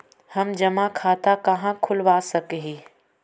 हम जमा खाता कहाँ खुलवा सक ही?